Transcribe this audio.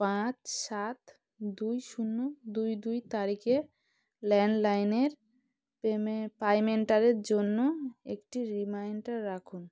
পাঁচ সাত দুই শূন্য দুই দুই তারিখে ল্যান্ডলাইনের পেমে পাইমেন্টারের জন্য একটি রিমাইন্ডার রাখুন